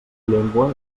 llengua